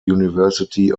university